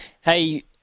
Hey